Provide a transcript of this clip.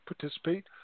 participate